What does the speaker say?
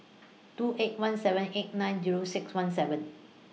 two eight one seven eight nine Zero six one seven